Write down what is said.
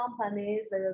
companies